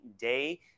day